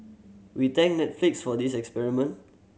we thank Netflix for this experiment